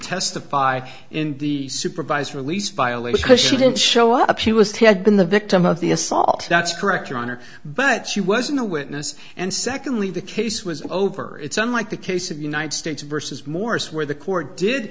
testify in the supervised release violated because she didn't show up she was ted been the victim of the assault that's correct your honor but she wasn't a witness and secondly the case was over it's unlike the case of united states versus morris where the court did